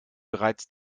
bereits